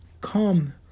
Come